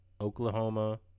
Oklahoma